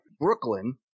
Brooklyn